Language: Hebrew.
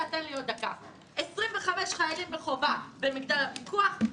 25 חיילים בחובה במגדל הפיקוח,